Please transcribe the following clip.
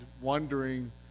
wondering